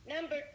number